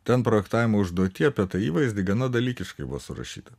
ten projektavimo užduotyje apie tą įvaizdį gana dalykiškai buvo surašyta